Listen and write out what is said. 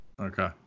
Okay